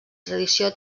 tradició